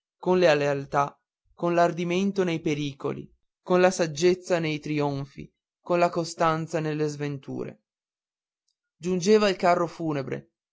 con la lealtà con l'ardimento nei pericoli con la saggezza nei trionfi con la costanza nelle sventure giungeva il carro funebre